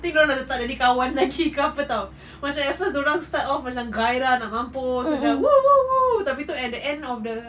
nanti dorang tak jadi kawan lagi ke apa [tau] macam at first dorang start off macam ghairah nak mampus macam !woo! !woo! !woo! tapi tu at the end of the